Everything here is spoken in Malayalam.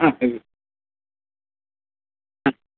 ആ ശരി ആ